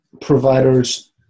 providers